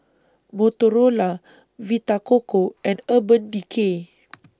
Motorola Vita Coco and Urban Decay